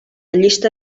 llista